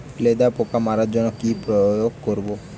লেদা পোকা মারার জন্য কি প্রয়োগ করব?